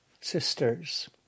sisters